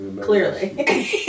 Clearly